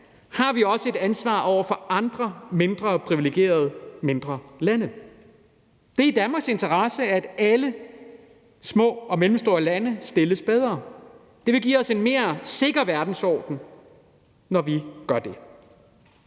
har vi også et ansvar over for andre mindre privilegerede mindre lande. Det er i Danmarks interesse, at alle små og mellemstore lande stilles bedre. Det vil give os en mere sikker verdensorden, når vi gør det.